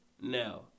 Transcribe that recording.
Now